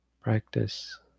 practice